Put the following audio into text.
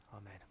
Amen